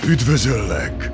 Üdvözöllek